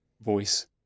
voice